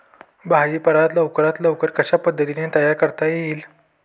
भाजी पाला लवकरात लवकर कशा पद्धतीने तयार करता येईल?